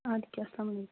اَدٕ کیٛاہ اَلسلامُ علیکُم